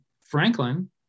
Franklin